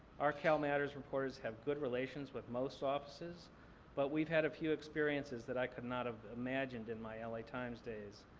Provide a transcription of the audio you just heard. our calmatters reporters have good relations with most offices but we've had a few experiences that i could not have imagined in my ah la times days.